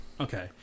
Okay